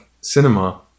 cinema